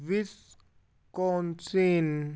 ਵਿਸ ਕੌਣ ਸੀਨ